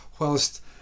whilst